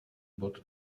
bod